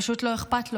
פשוט לא אכפת לו,